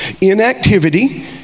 Inactivity